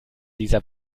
dieser